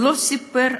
ולא סיפר